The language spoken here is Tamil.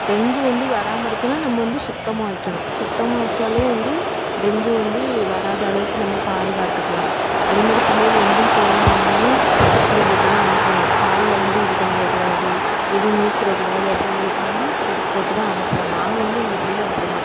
டெங்கு வந்து வராமல் இருக்கணுன்னா நம்ம வந்து சுத்தமாக வைக்கணும் சுத்தமாக வைச்சாலே வந்து டெங்கு வந்து வராத அளவுக்கு நம்ம பாதுகாத்துக்கலாம் அதேமாரி பிள்ளைகள் எங்கேயும் போனால் வந்தாலும் செப்பல் போட்டு தான் அனுப்பணும் காலில் வந்து இது பண்ணிடக்கூடாது எதுவும் மிதிச்சிடக்கூடாது அப்படிங்கிறதுக்காண்டி செருப்பு போட்டு தான் அனுப்புவோம் நாங்கள் வந்து எங்கள் பிள்ளைகள் அப்படிதான்